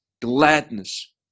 gladness